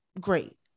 Great